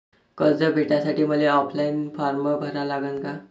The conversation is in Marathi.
कर्ज भेटासाठी मले ऑफलाईन फारम भरा लागन का?